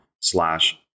slash